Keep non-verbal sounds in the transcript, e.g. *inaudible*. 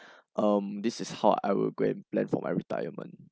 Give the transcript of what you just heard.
*breath* um this is how I will go and plan for my retirement